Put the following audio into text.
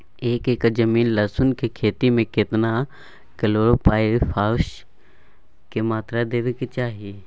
एक एकर जमीन लहसुन के खेती मे केतना कलोरोपाईरिफास के मात्रा देबै के चाही?